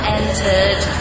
entered